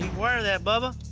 beware of that, bubba.